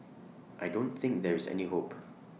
I don't think there is any hope